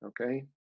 Okay